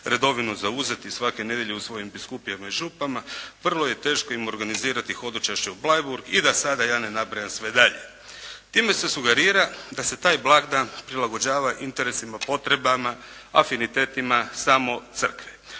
redovito zauzeti svake nedjelje u svojim biskupijama i župama vrlo je teško im organizirati hodočašće u Bleiburg i da sada ja ne nabrajam sve dalje. Time se sugerira da se taj blagdan prilagođava interesima i potrebama, afinitetima samo Crkve.